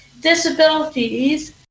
disabilities